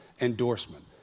endorsement